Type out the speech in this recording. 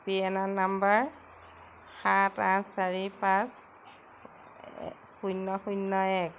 P N N number সাত আঠ চাৰি পাঁচ শূন্য শূন্য এক